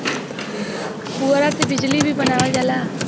पुवरा से बिजली भी बनावल जाला